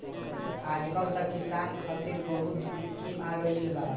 आजकल त किसान खतिर बहुत स्कीम आ गइल बा